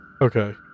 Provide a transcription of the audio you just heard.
Okay